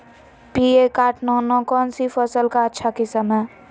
P एक आठ नौ नौ कौन सी फसल का अच्छा किस्म हैं?